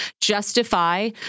justify